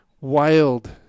wild